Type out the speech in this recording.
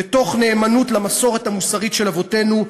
ותוך נאמנות למסורת המוסרית של אבותינו,